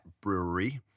Brewery